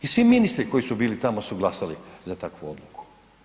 I svi ministri koji su bili tamo su glasali za takvu odluku.